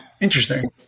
Interesting